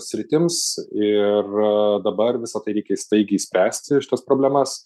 sritims ir dabar visa tai reikia staigiai spręsti šitas problemas